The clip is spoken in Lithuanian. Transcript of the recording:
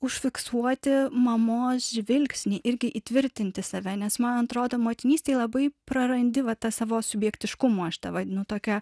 užfiksuoti mamos žvilgsnį irgi įtvirtinti save nes man atrodo motinystėj labai prarandi va tą savo subjektiškumą aš tą vadinu tokia